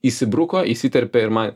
įsibruko įsiterpė ir man